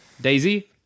Daisy